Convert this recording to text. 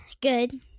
Good